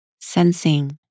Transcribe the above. Sensing